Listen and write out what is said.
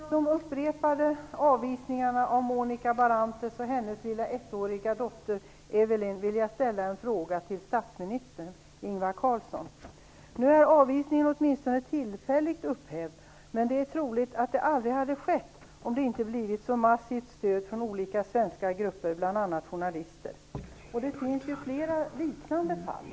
Fru talman! Med anledning av de upprepade avvisningarna av Monica Barrantes och hennes ettåriga dotter Evelyn vill jag ställa en fråga till statsminister Nu är avvisningen åtminstone tillfälligt upphävd, men det är troligt att det aldrig hade skett om det inte funnits ett så massivt stöd från olika svenska grupper, bl.a. journalister. Det finns flera liknande fall.